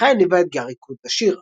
ההצלחה הניבה אתגר ריקוד לשיר.